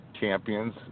champions